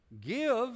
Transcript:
Give